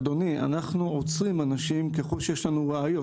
אדוני, אנחנו עוצרים אנשים ככל שיש לנו ראיות.